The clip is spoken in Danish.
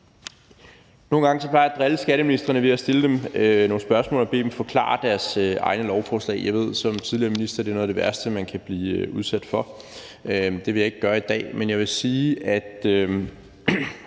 Nogle gange plejer jeg at drille skatteministrene ved at stille dem nogle spørgsmål og bede dem om at forklare deres egne lovforslag. Jeg ved som tidligere minister, at det er noget af det værste, man kan blive udsat for. Det vil jeg ikke gøre i dag, men jeg vil sige, at